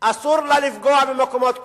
אסור לה לפגוע במקומות קדושים,